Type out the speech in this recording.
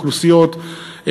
אוכלוסיות.